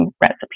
recipe